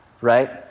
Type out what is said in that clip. right